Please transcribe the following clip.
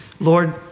Lord